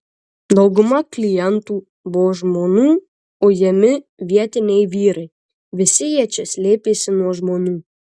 dauguma klientų buvo žmonų ujami vietiniai vyrai visi jie čia slėpėsi nuo žmonų